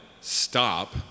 stop